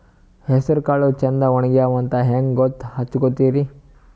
ಹೆಸರಕಾಳು ಛಂದ ಒಣಗ್ಯಾವಂತ ಹಂಗ ಗೂತ್ತ ಹಚಗೊತಿರಿ?